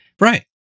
Right